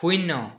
শূন্য